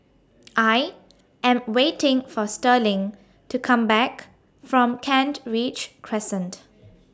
I Am waiting For Sterling to Come Back from Kent Ridge Crescent